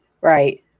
right